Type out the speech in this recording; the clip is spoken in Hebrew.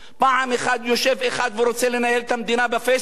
פעם אחת יושב אחד ורוצה לנהל את המדינה ב"פייסבוק",